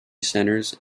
centers